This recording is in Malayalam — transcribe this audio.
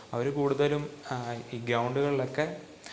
അവർ കൂടുതലും ഈ ഗ്രൗണ്ടുകളിലൊക്കെ